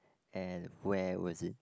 and where was it